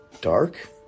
Dark